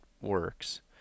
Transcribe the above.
works